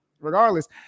regardless